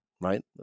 right